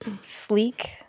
sleek